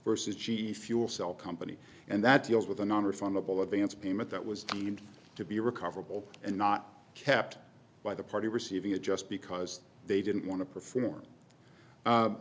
versus g e fuel cell company and that deals with a nonrefundable advance payment that was deemed to be recoverable and not kept by the party receiving it just because they didn't want to perform